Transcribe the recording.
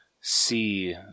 see